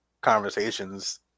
conversations